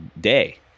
day